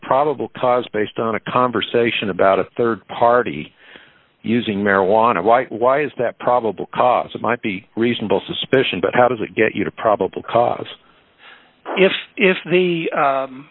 probable cause based on a conversation about a rd party using marijuana why why is that probable cause it might be reasonable suspicion but how does it get you to probable cause if if the